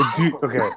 Okay